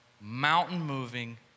mountain-moving